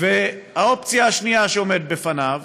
האופציה השנייה שעומדת בפניו